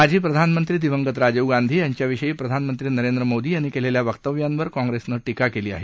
माजी प्रधानमंत्री दिवंगत राजीव गांधी यांच्या विषयी प्रधानमंत्री नरेंद्र मोदी यांनी केलेल्या वक्तव्यांवर काँग्रेसनं टीका केली आहे